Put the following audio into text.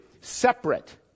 separate